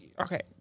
Okay